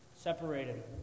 separated